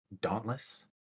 Dauntless